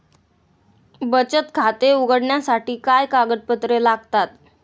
बचत खाते उघडण्यासाठी काय कागदपत्रे लागतात?